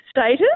status